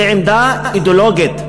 זה עמדה אידיאולוגית,